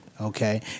okay